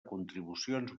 contribucions